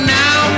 now